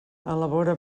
elabora